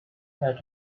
her